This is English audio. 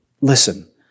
Listen